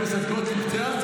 הכנסת גוטליב,